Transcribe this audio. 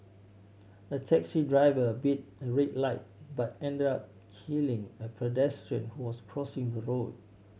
a taxi driver beat a red light but ended up killing a pedestrian who was crossing the road